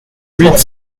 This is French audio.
huit